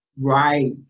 right